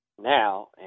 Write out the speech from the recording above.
now